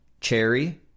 cherry